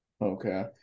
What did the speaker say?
okay